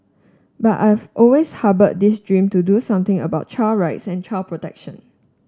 but I've always harboured this dream to do something about child rights and child protection